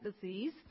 disease